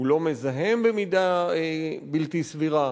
הוא לא מזהם במידה בלתי סבירה,